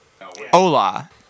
Hola